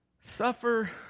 Suffer